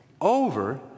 over